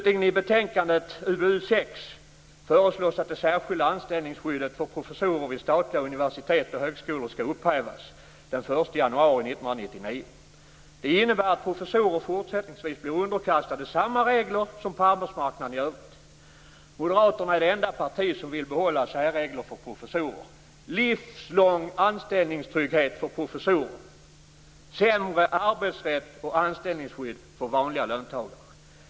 I betänkandet UbU6 föreslås slutligen att det särskilda anställningsskyddet för professorer vid statliga universitet och högskolor skall upphävas den 1 januari 1999. Det innebär att professorer fortsättningsvis blir underkastade samma regler som gäller på arbetsmarknaden i övrigt. Moderaterna är det enda parti som vill behålla särregler för professorer. Livslång anställningstrygghet för professorer - sämre arbetsrätt och anställningsskydd för vanliga löntagare.